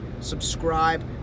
subscribe